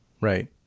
Right